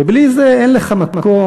ובלי זה אין לך מקום,